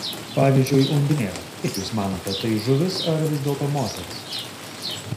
pavyzdžiui undinėlė kaip jūs manote tai žuvis ar vis dėlto moteris